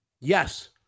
Yes